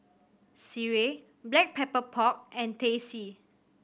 sireh Black Pepper Pork and Teh C